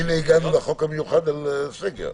הנה הגענו לחוק המיוחד על סגר.